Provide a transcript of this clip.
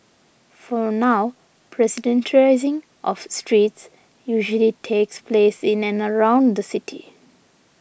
for now pedestrianising of streets usually takes place in and around the city